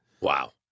Wow